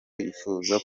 kwifuza